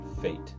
Fate